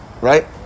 Right